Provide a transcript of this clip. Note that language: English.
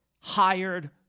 hired